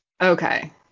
Okay